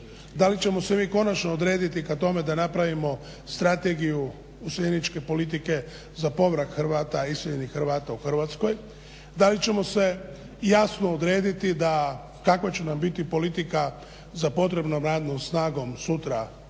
Da li ćemo se mi konačno odrediti ka tome da napravimo strategiju useljeničke politike za povrat Hrvata, iseljenih Hrvata u Hrvatsku. Da li ćemo se jasno odrediti da kakva će nam biti politika za potrebnom radnom snagom sutra u Hrvatskoj